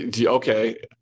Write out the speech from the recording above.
Okay